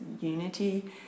unity